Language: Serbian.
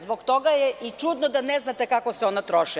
Zbog toga je i čudno da ne zanate kako se ona troše.